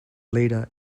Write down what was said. leader